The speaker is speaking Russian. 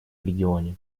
регионе